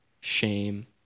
shame